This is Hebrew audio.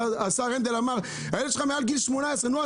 השר הנדל אמר, הילד שלך מעל גיל 18, נו?